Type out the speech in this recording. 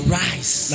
rise